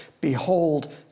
Behold